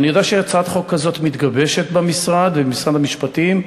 אני יודע שהצעת חוק כזאת מתגבשת במשרד המשפטים,